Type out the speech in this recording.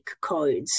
codes